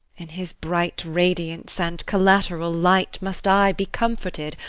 in his bright radiance and collateral light must i be comforted,